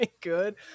good